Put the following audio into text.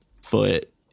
foot